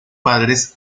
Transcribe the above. padres